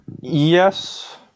Yes